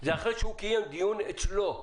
זה אחרי שהוא קיים דיון אצלו.